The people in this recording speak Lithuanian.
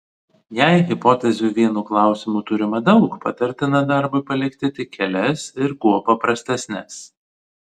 jei hipotezių vienu klausimu turima daug patartina darbui palikti tik kelias ir kuo paprastesnes